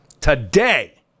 today